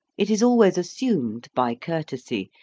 it is always assumed, by courtesy,